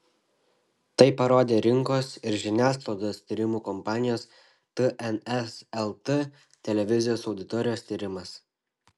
tai parodė rinkos ir žiniasklaidos tyrimų kompanijos tns lt televizijos auditorijos tyrimas